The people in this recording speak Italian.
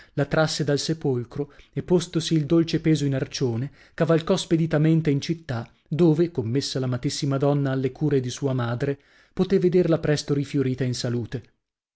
la trasse dal sepolcro e postosi il dolce peso in arcione cavalcò speditamente io città dove commessa l'amatissima donna alle cure di sua madre potè vederla presto rifiorita in salute